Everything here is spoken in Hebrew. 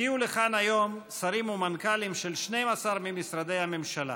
הגיעו לכאן היום שרים ומנכ"לים של 12 ממשרדי הממשלה,